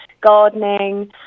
gardening